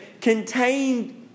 contained